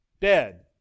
Dead